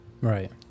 Right